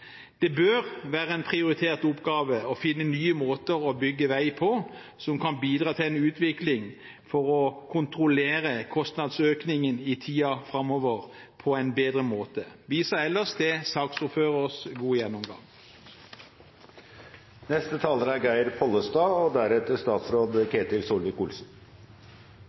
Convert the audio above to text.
Det bør være en prioritert oppgave å finne nye måter å bygge vei på som kan bidra til en utvikling for å kontrollere kostnadsøkningen i tiden framover på en bedre måte. Jeg viser ellers til saksordførerens gode gjennomgang. Dette er